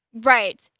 Right